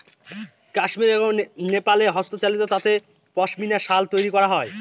কাশ্মির এবং নেপালে হস্তচালিত তাঁতে পশমিনা শাল তৈরী করা হয়